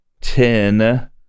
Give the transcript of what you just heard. ten